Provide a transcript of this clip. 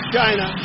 China